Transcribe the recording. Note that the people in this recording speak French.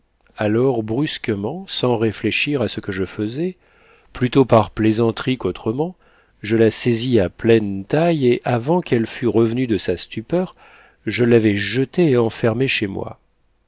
alors brusquement sans réfléchir à ce que je faisais plutôt par plaisanterie qu'autrement je la saisis à pleine taille et avant qu'elle fût revenue de sa stupeur je l'avais jetée et enfermée chez moi